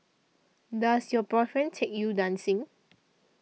does your boyfriend take you dancing